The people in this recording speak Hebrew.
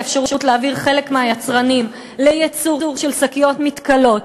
האפשרות להעביר חלק מהיצרנים לייצור של שקיות מתכלות,